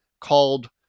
called